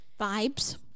vibes